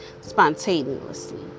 spontaneously